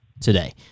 today